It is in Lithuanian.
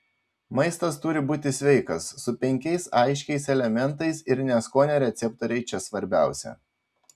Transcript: maistas turi būti sveikas su penkiais aiškiais elementais ir ne skonio receptoriai čia svarbiausia